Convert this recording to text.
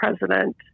president